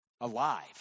alive